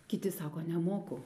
kiti sako nemoku